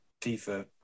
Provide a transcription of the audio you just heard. FIFA